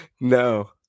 no